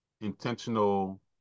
intentional